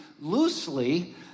loosely